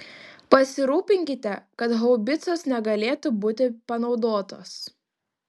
pasirūpinkite kad haubicos negalėtų būti panaudotos